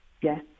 Yes